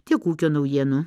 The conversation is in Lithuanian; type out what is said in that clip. tiek ūkio naujienų